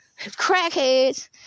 Crackheads